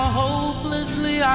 hopelessly